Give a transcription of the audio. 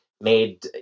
made